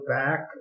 back